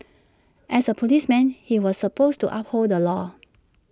as A policeman he was supposed to uphold the law